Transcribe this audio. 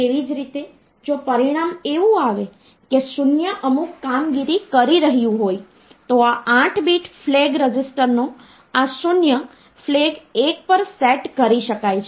અહીં કહેવાનો મતલબ એ છે કે મને આપવામાં આવેલ કોઈપણ મૂલ્ય જે ડેસિમલ નંબર સિસ્ટમમાં છે તેને હું અન્ય કોઈપણ ઇચ્છનીય નંબર સિસ્ટમમાં રજૂ કરી શકું છું